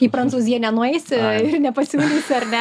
į prancūziją nenueisi ir nepasiūlysi ar ne